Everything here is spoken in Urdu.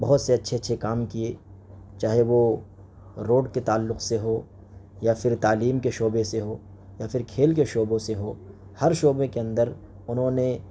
بہت سے اچّھے اچّھے کام کئے چاہے وہ روڈ کے تعلق سے ہو یا پھر تعلیم کے شعبے سے ہو یا پھر کھیل کے شعبوں سے ہو ہر شعبے کے اندر انہوں نے